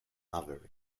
maverick